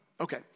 Okay